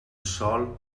sòl